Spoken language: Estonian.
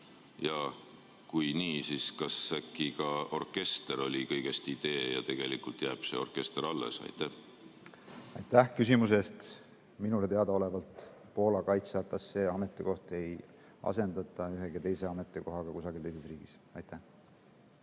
ja kui nii, siis kas äkki ka orkester oli kõigest idee ja tegelikult jääb see orkester alles. Aitäh küsimuse eest! Minule teadaolevalt Poola kaitseatašee ametikohta ei asendata ühegi teise ametikohaga kusagil teises riigis. Aitäh